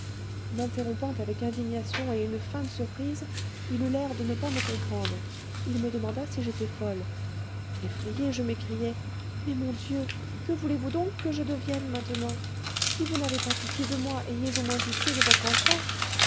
m'interrompant avec indignation et une feinte surprise il eut l'air de ne pas me comprendre il me demanda si j'étais folle effrayée je m'écriai mais mon dieu que voulez-vous donc que je devienne maintenant si vous n'avez pas pitié de moi ayez au moins pitié de votre enfant